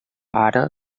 ara